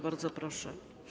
Bardzo proszę.